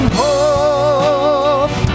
hope